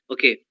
Okay